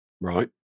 Right